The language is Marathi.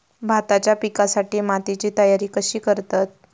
भाताच्या पिकासाठी मातीची तयारी कशी करतत?